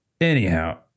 Anyhow